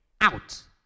out